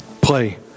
play